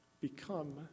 Become